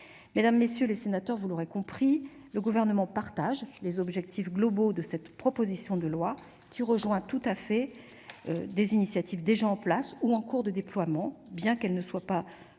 Mesdames, messieurs les sénateurs, vous l'aurez compris, le Gouvernement partage les objectifs globaux de cette proposition de loi, qui rejoint tout à fait des initiatives déjà en place ou en cours de déploiement, bien qu'elle ne soit pas